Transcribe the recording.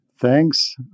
Thanks